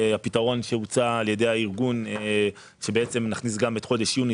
הפתרון שהוצע על ידי הארגון הוא שבעצם נכניס גם את חודש יוני.